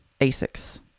Asics